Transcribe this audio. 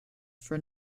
for